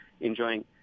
enjoying